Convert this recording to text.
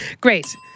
Great